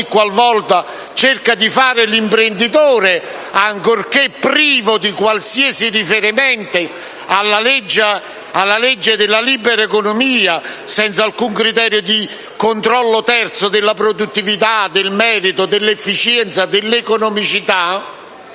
qual volta cerca di fare l'imprenditore, ancorché privo di qualsiasi riferimento alla legge della libera economia e senza alcun criterio di controllo terzo della produttività, del merito, dell'efficienza e dell'economicità,